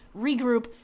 regroup